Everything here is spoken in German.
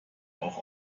auch